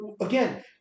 again